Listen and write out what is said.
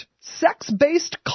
sex-based